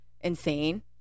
insane